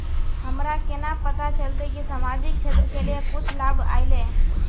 हमरा केना पता चलते की सामाजिक क्षेत्र के लिए कुछ लाभ आयले?